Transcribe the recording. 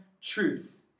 truth